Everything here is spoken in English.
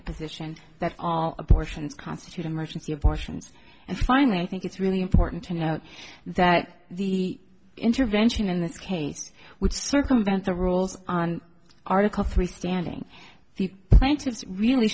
the position that all abortions constitute emergency abortions and finally i think it's really important to note that the intervention in this case would circumvent the rules on article three standing the plaintiffs really